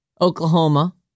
Oklahoma